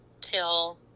till